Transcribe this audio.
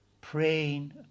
Praying